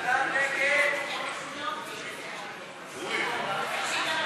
ההסתייגות (17) של קבוצת סיעת המחנה הציוני לסעיף